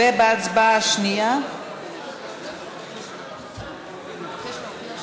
ולצמצום פערים חברתיים (מס הכנסה שלילי)